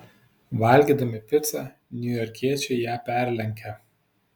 valgydami picą niujorkiečiai ją perlenkia